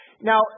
Now